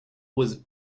was